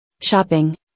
Shopping